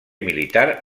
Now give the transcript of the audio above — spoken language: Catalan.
militar